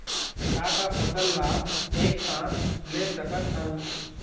का का फसल ला एक साथ ले सकत हन?